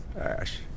Ash